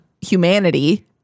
humanity